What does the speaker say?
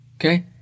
Okay